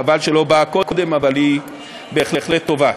חבל שהיא לא באה קודם, אבל היא בהחלט טובה.